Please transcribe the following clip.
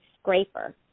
scraper